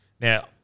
Now